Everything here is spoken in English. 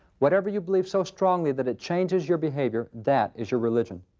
whatever you believe so strongly that it changes your behavior, that is your religion.